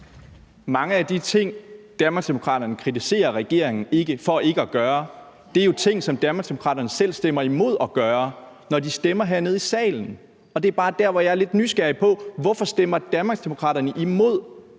Danmarksdemokraterne kritiserer regeringen for ikke at gøre, er jo ting, som Danmarksdemokraterne selv stemmer imod at gøre, når de stemmer hernede i salen. Det er bare der, hvor jeg er lidt nysgerrig på, hvorfor